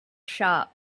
shop